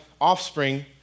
offspring